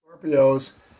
Scorpios